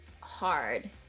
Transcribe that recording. hard